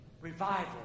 revival